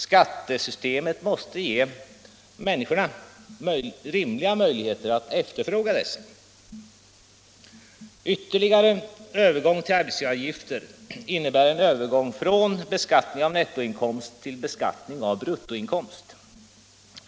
Skattesystemet måste ge människorna rimliga möjligheter att efterfråga dessa. Ytterligare övergång till arbetsgivaravgifter innebär en övergång från beskattning av nettoinkomst till beskattning av bruttoinkomst.